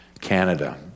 Canada